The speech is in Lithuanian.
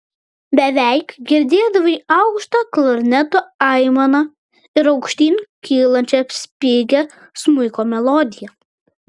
beveik girdėdavai aukštą klarneto aimaną ir aukštyn kylančią spigią smuiko melodiją